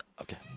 Okay